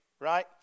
right